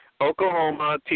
Oklahoma